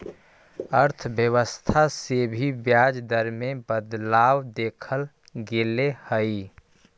अर्थव्यवस्था से भी ब्याज दर में बदलाव देखल गेले हइ